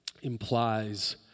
implies